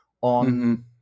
on